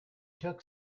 took